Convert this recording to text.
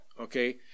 okay